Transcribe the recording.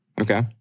Okay